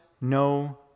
no